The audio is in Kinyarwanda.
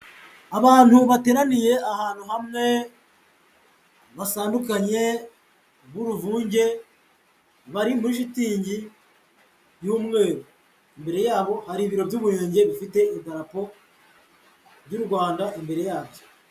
Abantu bateraniye ahantu hamwe batandukanye b'uruvunge bari muri shitingi y'umweru, imbere yabo hari ibiro by'umurenge bifite idarapo ry'u Rwanda imbere yabyo.